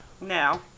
now